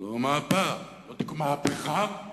ולא מהפך, מהפכה,